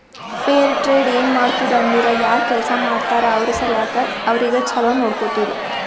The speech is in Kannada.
ಫೇರ್ ಟ್ರೇಡ್ ಏನ್ ಮಾಡ್ತುದ್ ಅಂದುರ್ ಯಾರ್ ಕೆಲ್ಸಾ ಮಾಡ್ತಾರ ಅವ್ರ ಸಲ್ಯಾಕ್ ಅವ್ರಿಗ ಛಲೋ ನೊಡ್ಕೊತ್ತುದ್